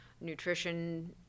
nutrition